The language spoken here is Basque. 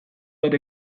bat